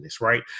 right